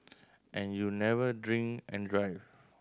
and you'll never drink and drive